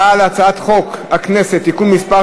ההצעה להעביר את הצעת חוק הכנסת (תיקון מס'